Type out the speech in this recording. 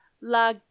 La